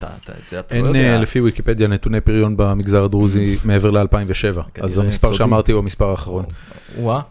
אין לפי וויקיפדיה נתוני פריון במגזר הדרוזי מעבר ל-2007, אז המספר שאמרתי הוא המספר האחרון.